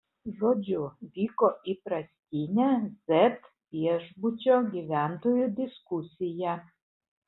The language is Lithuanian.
žodžiu vyko įprastinė z viešbučio gyventojų diskusija